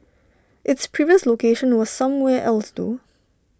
its previous location was somewhere else though